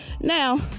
Now